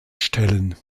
stellen